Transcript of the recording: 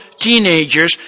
teenagers